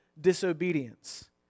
disobedience